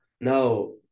No